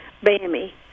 Bammy